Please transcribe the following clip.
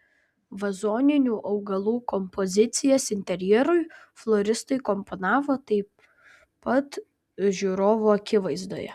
vazoninių augalų kompozicijas interjerui floristai komponavo taip pat žiūrovų akivaizdoje